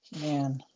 man